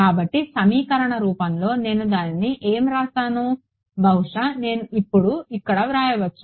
కాబట్టి సమీకరణ రూపంలో నేను దానిని ఏమి వ్రాస్తాను బహుశా నేను ఇప్పుడు ఇక్కడ వ్రాయవచ్చు